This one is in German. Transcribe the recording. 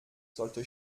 sollte